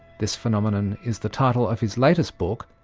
this phenomenon is the title of his latest book,